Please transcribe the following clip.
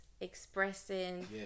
expressing